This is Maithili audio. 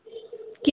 कि